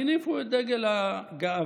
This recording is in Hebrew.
הניפו את דגל הגאווה,